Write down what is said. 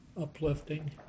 Uplifting